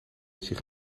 zich